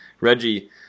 reggie